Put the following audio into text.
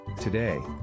Today